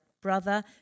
brother